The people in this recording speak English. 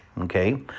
okay